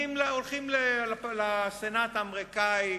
הולכים לסנאט האמריקני,